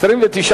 3 נתקבלו.